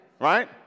right